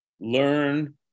learn